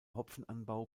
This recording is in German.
hopfenanbau